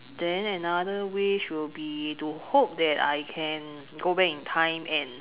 then another wish will be to hope that I can go back in time and